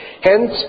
Hence